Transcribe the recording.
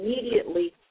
immediately